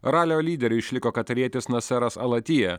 ralio lyderiu išliko katarietis naseras alatija